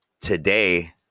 today